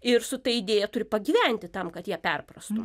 ir su ta idėja turi pagyventi tam kad ją perprastum